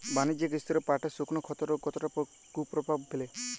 বাণিজ্যিক স্তরে পাটের শুকনো ক্ষতরোগ কতটা কুপ্রভাব ফেলে?